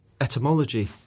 etymology